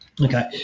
Okay